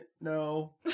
no